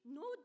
no